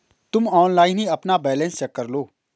तुम ऑनलाइन ही अपना बैलन्स चेक करलो